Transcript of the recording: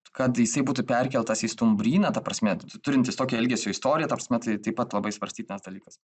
kad jisai būtų perkeltas į stumbryną ta prasme turintis tokią elgesio istoriją ta prasme tai taip pat labai svarstytinas dalykas